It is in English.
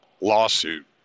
lawsuit